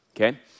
okay